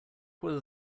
whether